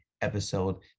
episode